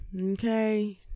okay